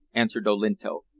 answered olinto.